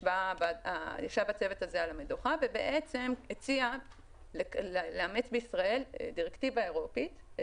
ישב הצוות הזה על המדוכה והציע לאמץ בישראל את העקרונות